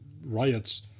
riots